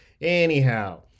Anyhow